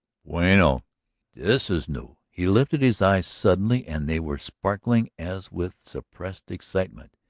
bueno, this is new! he lifted his eyes suddenly and they were sparkling as with suppressed excitement.